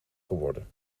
geworden